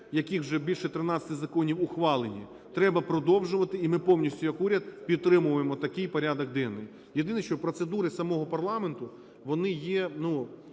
яких вже більше 13 законів ухвалені, треба продовжувати і ми повністю як уряд підтримуємо такий порядок денний. Єдине, що процедури самого парламенту вони є